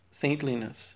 saintliness